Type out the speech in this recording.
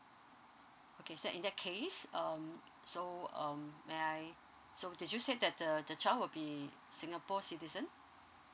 okay then in that case um so um may I so did you say that the the child would be singapore citizen